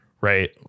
Right